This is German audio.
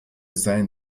seien